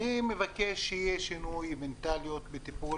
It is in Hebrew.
אני מבקש שיהיה שינוי מנטליות בטיפול